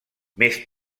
més